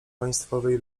państwowej